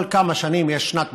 כל כמה שנים יש שנת בצורת.